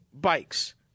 bikes